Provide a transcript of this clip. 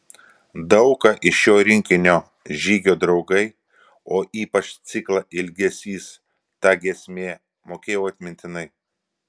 daug ką iš jo rinkinio žygio draugai o ypač ciklą ilgesys ta giesmė mokėjau atmintinai